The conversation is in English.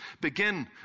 begin